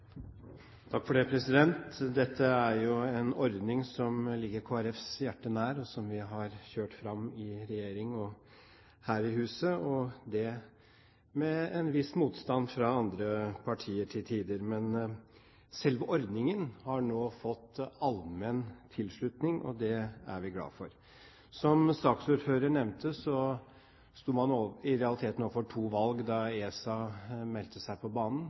Dette er jo en ordning som ligger Kristelig Folkepartis hjerte nær, og som vi har kjørt fram i regjering og her i huset, med en viss motstand fra andre partier til tider. Men selve ordningen har nå fått allmenn tilslutning, og det er vi glad for. Som saksordføreren nevnte, sto man i realiteten overfor to valg da ESA meldte seg på banen: